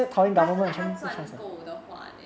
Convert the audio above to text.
but I feel like 她已经赚够的话 then